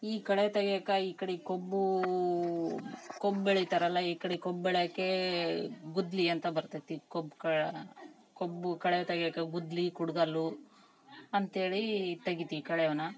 ಈ ಕಳೆ ತೆಗಿಯಾಕೆ ಈ ಕಡೆ ಕಬ್ಬೂ ಕಬ್ ಬೆಳೀತಾರಲ್ಲ ಈ ಕಡೆ ಕಬ್ ಬೆಳೆಯೋಕೇ ಗುದ್ಲಿ ಅಂತ ಬರ್ತದೆ ಕಬ್ ಕಾ ಕಬ್ಬು ಕಳೆ ತೆಗಿಯಾಕೆ ಗುದ್ಲಿ ಕುಡ್ಗೊಲು ಅಂತೇಳೀ ತೆಗಿತಿವಿ ಕಳೇಯನ್ನ